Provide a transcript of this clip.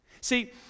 See